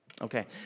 Okay